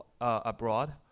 abroad